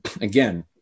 again